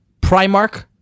Primark